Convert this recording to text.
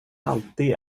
alltid